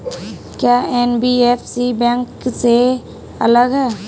क्या NBFC bank से अलग है?